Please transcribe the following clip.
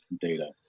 data